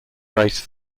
race